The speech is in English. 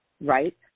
Right